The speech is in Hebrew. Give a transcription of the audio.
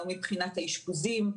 לא מבחינת האשפוזים.